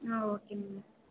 ah okay ma'am